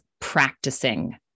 practicing